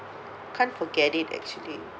can't forget it actually